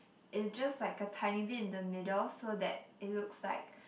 it just like a tiny bit in the middle so that it looks like